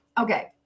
Okay